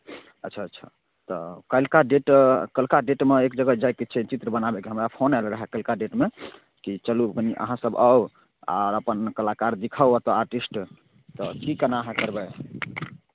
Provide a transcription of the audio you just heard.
अच्छा अच्छा तऽ काल्हिका डेट काल्हिका डेटमे एक जगह जायके छै चित्र बनाबैके हमरा फोन आयल रहै काल्हिका डेटमे कि चलू कनि अहाँसभ आउ आओर अपन कलाकार देखाउ अपन आर्टिस्ट तऽ की केना अहाँ करबै